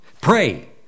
Pray